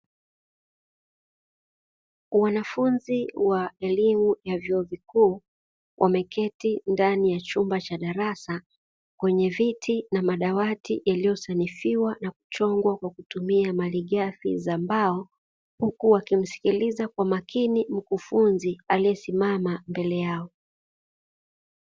Wanafunzi wa elimu ya vyuo vikuu wameketi ndani ya chumba cha darasa, kwenye viti na madawati yaliyosanifiwa na kuchongwa kwa kutumia malighafi za mbao, huku wakimsikiliza kwa makini mkufunzi aliyesimama mbele yao.